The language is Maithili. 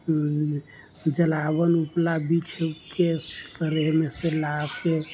जलावन उपला भी बिछके शहरेमे सँ लाके